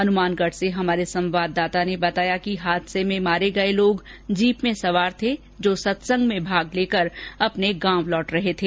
हनुमानगढ से हमारे संवाददाता ने बताया कि हादसे में मारे गए लोग जीप में सवार थे जो सत्संग में भाग लेकर अपने गांव लौट रहे थे